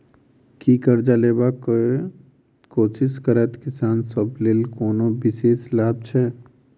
की करजा लेबाक कोशिश करैत किसान सब लेल कोनो विशेष लाभ छै?